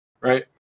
right